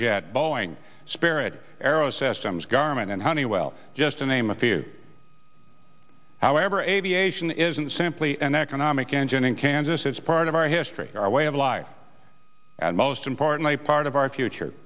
jet boeing spirit aero systems garmin and honeywell just to name a few however aviation isn't simply an economic engine in kansas it's part of our history our way of life and most importantly part of our future